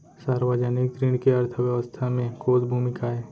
सार्वजनिक ऋण के अर्थव्यवस्था में कोस भूमिका आय?